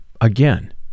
Again